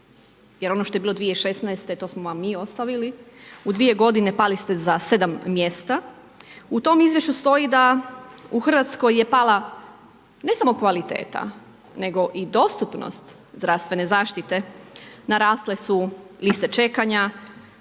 jer ono što je bilo 2016. to smo vam mi ostavili. U 2 g. pali ste za 7 mjesta. U tom izvješću stoji da u Hrvatskoj je pala ne samo kvaliteta, nego i dostupnost zdravstvene zaštite, narasle su liste čekanja,